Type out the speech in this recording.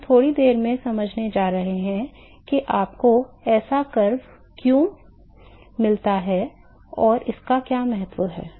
तो हम थोड़ी देर में समझाने जा रहे हैं कि आपको ऐसा वक्र क्यों मिलता है और इसका क्या महत्व है